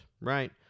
right